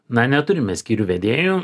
na neturim mes skyrių vedėjų